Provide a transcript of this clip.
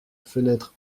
fenêtre